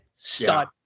Stud